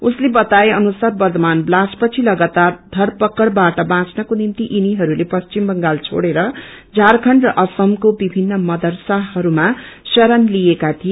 उसले बताउ अनुसार वंद्वयान ब्लष्ट पछि लागातार धरपकड़बाट बाँच्नको निभ्ति यिनीहरूले पश्चिम बंगात खेड़ेर झारखण्ड र असमाको विभिन्न मदरसाहरूमा शरण लिएको थिए